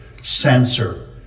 censor